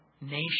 nation